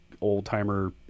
old-timer